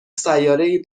سیارهای